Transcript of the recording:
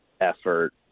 effort